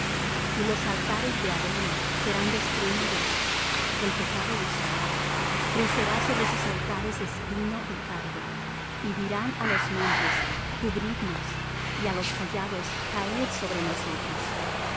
y los altares de avén serán destruídos el pecado de israel crecerá sobre sus altares espino y cardo y dirán á los montes cubridnos y á los collados caed sobre nosotros